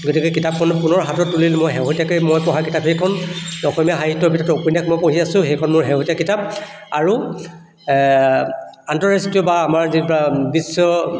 গতিকে কিতাপখন পুনৰ হাতত তুলি মই শেহতীয়াকৈ মই পঢ়া কিতাপ সেইখন অসমীয়া সাহিত্যৰ ভিতৰত উপন্যাস মই পঢ়ি আছোঁ সেইখন মোৰ শেহতীয়া কিতাপ আৰু আন্তঃৰাষ্ট্ৰীয় বা আমাৰ যিবিলাক বিশ্ব